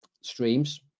streams